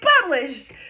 published